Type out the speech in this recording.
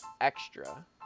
extra